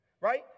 Right